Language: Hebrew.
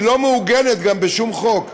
היא לא מעוגנת גם בשום חוק.